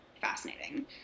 fascinating